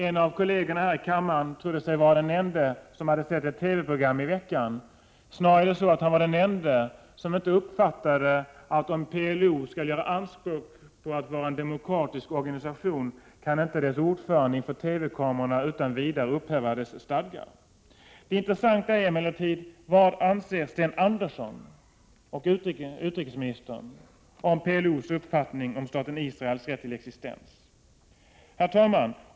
En av kollegerna här i kammaren trodde sig vara den ende som sett ett visst TV-program i veckan. Snarare är det så att han är den ende som inte uppfattade att om PLO skall göra anspråk på att vara en demokratisk organisation kan inte dess ordförande inför TV-kamerorna utan vidare upphäva organisationens stadgar. Det intressanta är emellertid vad utrikesminister Sten Andersson anser om PLO:s uppfattning angående staten Israels rätt till existens. Herr talman!